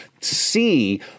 see